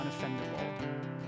unoffendable